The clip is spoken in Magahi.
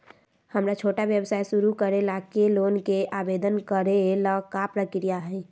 हमरा छोटा व्यवसाय शुरू करे ला के लोन के आवेदन करे ल का प्रक्रिया हई?